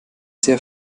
sehr